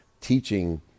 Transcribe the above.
teaching